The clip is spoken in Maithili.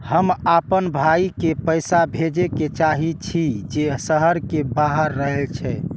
हम आपन भाई के पैसा भेजे के चाहि छी जे शहर के बाहर रहे छै